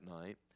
night